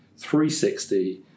360